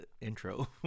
intro